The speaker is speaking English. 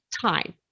time